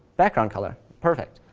background color, perfect.